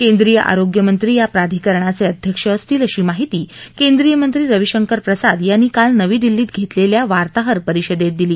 केंद्रीय आरोग्य मंत्री या प्राधिकरणाचे अध्यक्ष असतील अशी माहिती केंद्रीय मंत्री रविशंकर प्रसाद यांनी काल नवी दिल्लीत घेतलेल्या वार्ताहरपरिषदेत दिली